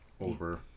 over